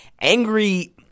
angry